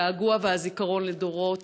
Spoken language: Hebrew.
הגעגוע והזיכרון לדורות.